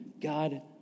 God